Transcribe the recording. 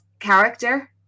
character